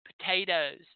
potatoes